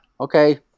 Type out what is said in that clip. Okay